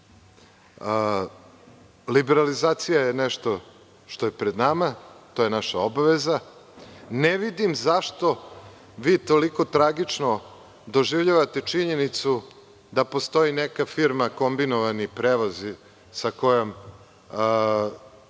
sertifikate. Liberalizacija je nešto što je pred nama. To je naša obaveza. Ne vidim zašto vi toliko tragično doživljavate činjenicu da postoji neka firma „Kombinovani prevoz“ sa kojom